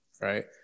right